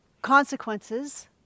consequences